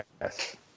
Yes